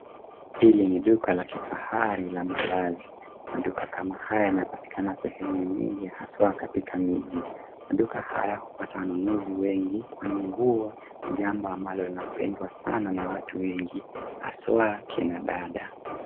Hili ni duka la kifahari la mavai. Maduka kama haya yanapatikana sehemu nyingi ya haswa katika miji. Maduka haya hupata wanunuzi wengi kwa ni nguo ni jambo ambalo linapendwa sana na watu wengi haswa kina dada.